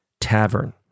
Tavern